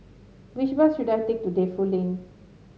which bus should I take to Defu Lane